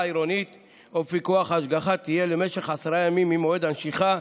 העירונית או בפיקוח והשגחה תהיה למשך עשרה ימים ממועד הנשיכה,